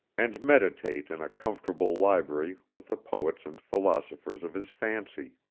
and meditate in a comfortable library with the poets and philosophers of his fancy.